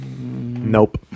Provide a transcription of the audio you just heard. Nope